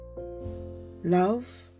love